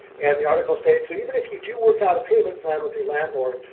and the article states so even if you do work out a payment plan with your landlord,